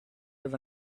live